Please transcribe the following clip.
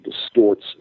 distorts